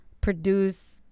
produce